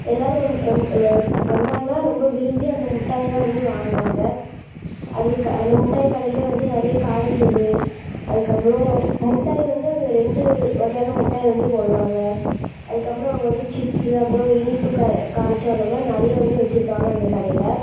எல்லோரும் வந்து வந்து வந்தாங்கன்னா ரொம்ப விரும்பி அந்த மிட்டாய தான் வாங்குவாங்க அந்த க அந்த மிட்டாய் கடையிலே வந்து நிறைய கார சேவு அதுக்கு அப்புறம் மிட்டாய் வந்து அங்கே ரெண்டு வகையான மிட்டாய் வந்து போடுவாங்க அதுக்கு அப்புறம் அவங்க வந்து சிப்ஸ்ஸு அப்புறம் இனிப்பு கா காரசேவ் அந்த மாதிரி நிறைய வந்து வச்சிருப்பாங்க அந்தக்கடையில்